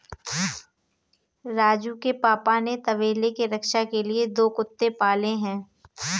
राजू के पापा ने तबेले के रक्षा के लिए दो कुत्ते पाले हैं